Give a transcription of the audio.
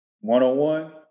one-on-one